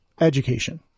education